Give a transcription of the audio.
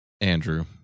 Andrew